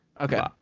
Okay